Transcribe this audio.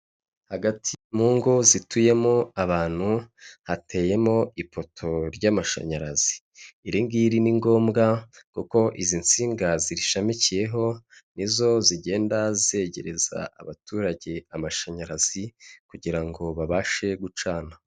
Hagati mu ngo zituyemo abantu, hateyemo ipoto ry'amashanyarazi, iriningiri ni ngombwa kuko izi nsinga zirishamikiyeho, nizo zigenda zegereza abaturage amashanyarazi kugira ngo babashe gucana.